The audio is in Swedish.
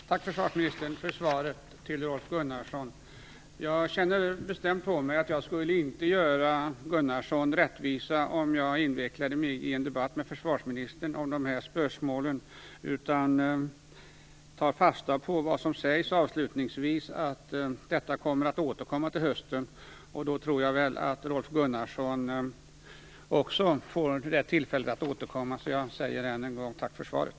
Fru talman! Tack försvarsministern för svaret till Rolf Gunnarsson. Jag känner bestämt på mig att jag inte skulle göra Rolf Gunnarsson rättvisa om jag invecklade mig i en debatt med försvarsministern om dessa spörsmål. Jag tar fasta på det som sägs i slutet av svaret om att man kommer att återkomma till detta under hösten. Då tror jag att Rolf Gunnarsson också får tillfälle att återkomma. Därför säger jag än en gång tack för svaret.